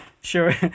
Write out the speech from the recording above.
Sure